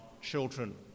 children